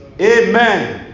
Amen